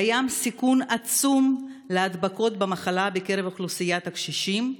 קיים סיכון עצום להדבקות במחלה בקרב אוכלוסיית הקשישים,